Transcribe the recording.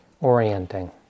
orienting